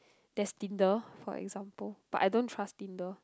there's tinder for example but I don't trust tinder